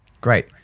Great